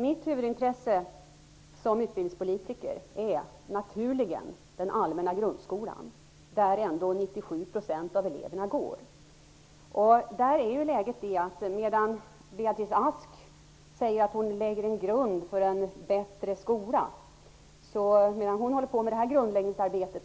Mitt huvudintresse som utbildningspolitiker är naturligen den allmänna grundskolan, där 97 % av eleverna går. Beatrice Ask säger att hon lägger en grund för en bättre skola. Men medan hon bedriver detta grundläggningsarbete